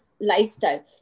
lifestyle